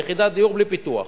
יחידת דיור בלי פיתוח.